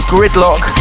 Gridlock